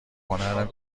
هنرم